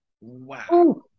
Wow